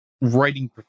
writing